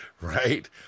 right